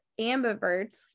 ambiverts